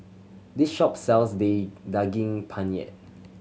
this shop sells day Daging Penyet